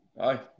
Aye